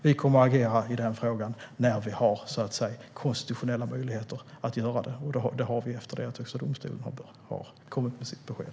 Vi kommer att agera i den här frågan när vi har konstitutionella möjligheter att göra det. Det har vi efter att Högsta domstolen har kommit med sitt besked.